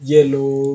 Yellow